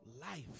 life